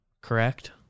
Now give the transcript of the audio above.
correct